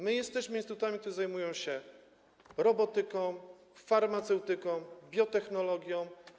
My jesteśmy instytutami, które zajmują się robotyką, farmaceutyką, biotechnologią.